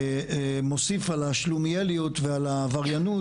מוסיף על השלומיאליות ועל העבריינות,